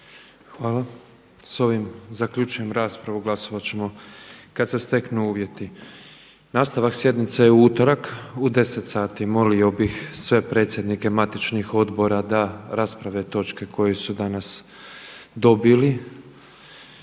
Hvala. Sa ovim zaključujem raspravu. Glasovat ćemo kad se steknu uvjeti. Nastavak sjednice je u utorak u 10,00 sati. Molio bih sve predsjednike matičnih odbora da rasprave točke koje su danas dobili.